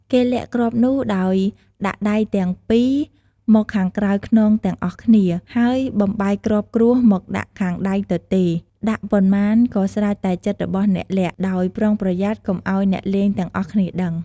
គេលាក់គ្រាប់នោះ ដោយដាក់ដៃទាំង ២ មកខាងក្រោយខ្នងទាំងអស់គ្នា ហើយបំបែកគ្រាប់គ្រួសមកដាក់ខាងដៃទទេ ដាក់ប៉ុន្មានក៏ស្រេចតែចិត្តរបស់អ្នកលាក់ ដោយប្រុងប្រយ័ត្នកុំឲ្យអ្នកលេងទាំងអស់គ្នាដឹង។